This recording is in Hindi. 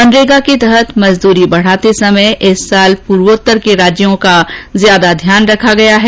मनरेगा के तहत मजदूरी बढाते समय इस साल पूर्वोत्तर के राज्यों से ज्यादा ध्यान रखा गया है